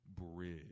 bridge